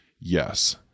yes